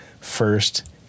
First